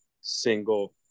single